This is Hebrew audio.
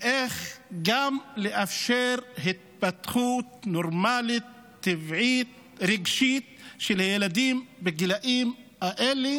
ואיך גם לאפשר התפתחות נורמלית טבעית רגשית של ילדים בגילאים האלה